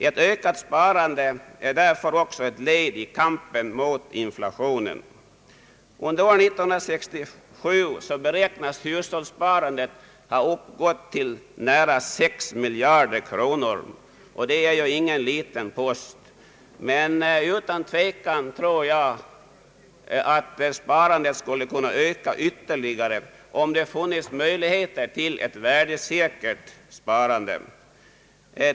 Ett ökat sparande är därför också ett led i kampen mot inflationen. Under år 1967 beräknas hushållssparandet ha uppgått till nära sex miljarder kronor. Det är ingen liten post. Utan tvivel skulle sparandet kunna öka ytterligare om det fanns möjligheter till ett värdesäkert sparande.